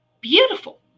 beautiful